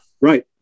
Right